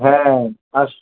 হ্যাঁ আস